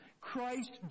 Christ